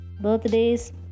birthdays